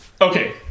okay